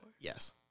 Yes